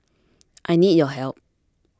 I need your help